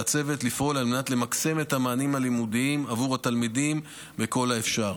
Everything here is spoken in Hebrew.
מנת למקסם את המענים הלימודיים עבור התלמידים ככל האפשר.